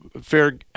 fair